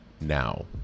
now